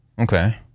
Okay